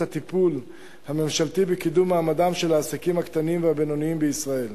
הטיפול הממשלתי בקידום מעמדם של העסקים הקטנים והבינוניים בישראל,